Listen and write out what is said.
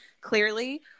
clearly